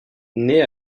née